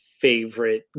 favorite